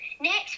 next